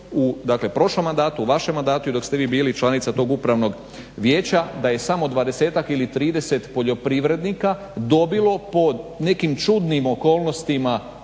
u prošlom mandatu, vašem mandatu i dok ste vi bili članica tog upravnog vijeća da je samo 20-ak ili 230 poljoprivrednika dobilo pod nekim čudnim okolnostima